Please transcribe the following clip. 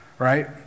Right